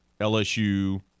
LSU